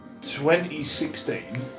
2016